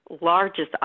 largest